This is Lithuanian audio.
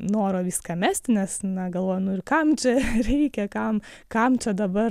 noro viską mesti nes na galvoju nu ir kam čia reikia kam kam čia dabar